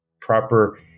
proper